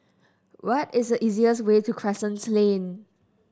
what is the easiest way to Crescent Lane